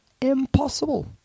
impossible